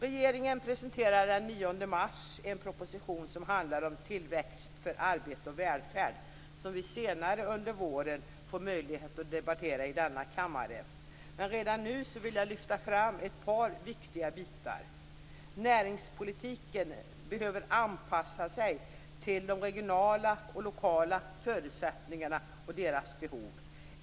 Regeringen presenterade den 9 mars en proposition som handlar om tillväxt för arbete och välfärd, som vi senare under våren får möjlighet att debattera i denna kammare. Men redan nu vill jag lyfta fram ett par viktiga bitar. Näringspolitiken behöver anpassa sig till de regionala och lokala förutsättningarna och behoven.